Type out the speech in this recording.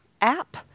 app